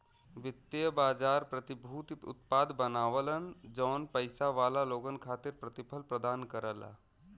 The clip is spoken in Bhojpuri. वित्तीय बाजार प्रतिभूति उत्पाद बनावलन जौन पइसा वाला लोगन खातिर प्रतिफल प्रदान करला